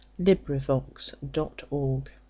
LibriVox.org